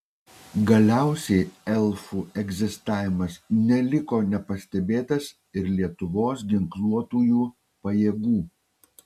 galiausiai elfų egzistavimas neliko nepastebėtas ir lietuvos ginkluotųjų pajėgų